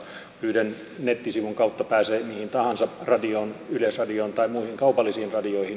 yhden nettisivun kautta pääsee mihin tahansa radioon yleisradioon tai muihin kaupallisiin radioihin kehittäminen